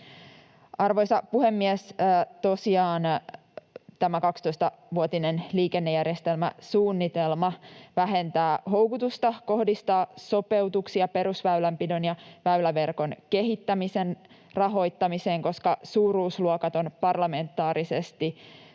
Arvoisa puhemies! Tosiaan tämä 12-vuotinen liikennejärjestelmäsuunnitelma vähentää houkutusta kohdistaa sopeutuksia perusväylänpidon ja väyläverkon kehittämisen rahoittamiseen, koska suuruusluokat on parlamentaarisesti